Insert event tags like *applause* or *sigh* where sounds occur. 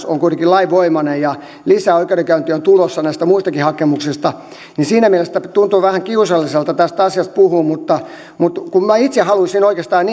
*unintelligible* on kuitenkin lainvoimainen ja lisäoikeudenkäynti on tulossa näistä muistakin hakemuksista tuntuu vähän kiusalliselta tästä asiasta puhua mutta mutta minä itse haluaisin oikeastaan *unintelligible*